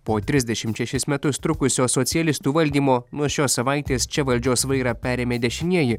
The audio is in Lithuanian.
po trisdešim šešis metus trukusio socialistų valdymo nuo šios savaitės čia valdžios vairą perėmė dešinieji